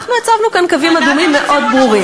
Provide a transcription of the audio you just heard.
אנחנו הצבנו כאן קווים אדומים מאוד ברורים.